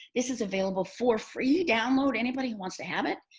this is available for free download, anybody who wants to have it.